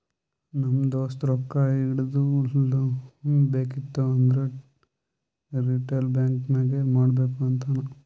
ನಮ್ ದೋಸ್ತ ರೊಕ್ಕಾ ಇಡದು, ಲೋನ್ ಬೇಕಿತ್ತು ಅಂದುರ್ ರಿಟೇಲ್ ಬ್ಯಾಂಕ್ ನಾಗೆ ಮಾಡ್ಬೇಕ್ ಅಂತಾನ್